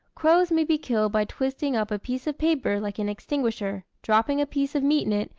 crows may be killed by twisting up a piece of paper like an extinguisher, dropping a piece of meat in it,